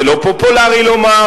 וזה לא פופולרי לומר,